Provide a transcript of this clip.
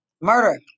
Murder